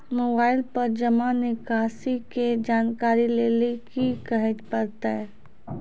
Mobile पर जमा निकासी के जानकरी लेली की करे परतै?